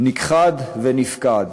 נכחד ונפקד.